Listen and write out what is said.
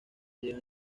llegan